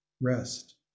Rest